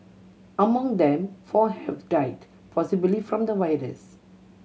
among them four have died possibly from the virus